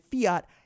Fiat